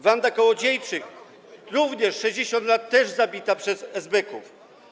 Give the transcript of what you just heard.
Wanda Kołodziejczyk, również 60 lat, też zabita przez esbeków.